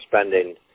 spending